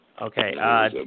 Okay